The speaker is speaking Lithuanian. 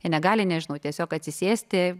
jie negali nežinau tiesiog atsisėsti